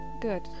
Good